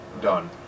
done